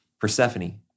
Persephone